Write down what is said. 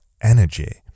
energy